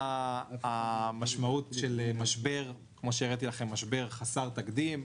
אתם רואים מה המשמעות של משבר חסר תקדים.